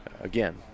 Again